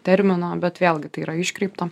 termino bet vėlgi tai yra iškreipto